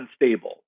unstable